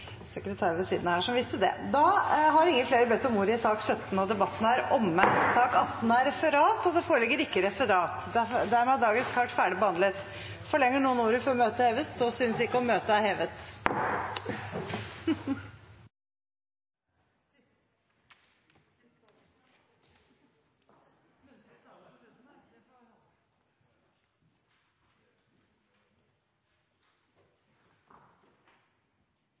sekretær ved siden av her som visste det. Flere har ikke bedt om ordet til sak nr. 17. Det foreligger ikke referat. Dermed er dagens kart ferdigbehandlet. Forlanger noen ordet før møtet heves? – Møtet er hevet.